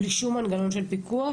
בלי שום מנגנון של פיקוח?